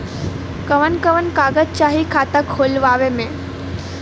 कवन कवन कागज चाही खाता खोलवावे मै?